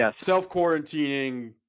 self-quarantining